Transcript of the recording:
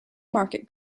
market